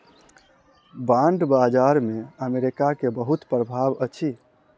bond बाजार पर America के बहुत प्रभाव अछि